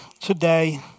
today